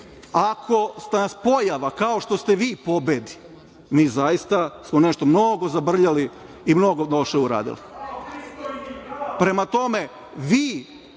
Ako nas pojava kao što ste vi pobedi, mi zaista smo onda nešto mnogo zabrljali i mnogo liše uradili. Prema tome, vi